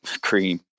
cream